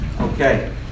Okay